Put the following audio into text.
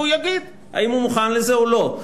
והוא יגיד אם הוא מוכן לזה או לא.